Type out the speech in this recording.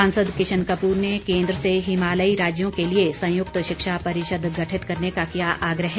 सांसद किशन कपूर ने केन्द्र से हिमालयी राज्यों के लिए संयुक्त शिक्षा परिषद गठित करने का किया आग्रह